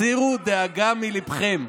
הסירו דאגה מליבכם.